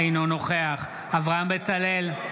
אינו נוכח אברהם בצלאל,